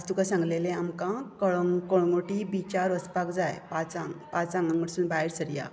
आयज तुका सांगलेले आमकां कळगुटी बिचार वचपाक जाय पांचांक हांगा सावन भायर सरया